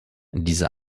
diese